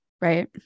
Right